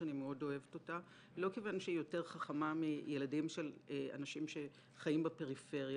שאני מאוד אוהבת אותה מילדים של אנשים שחיים בפריפריה,